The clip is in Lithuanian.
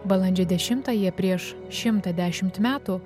balandžio dešimtąją prieš šimtą dešimt metų